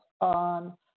on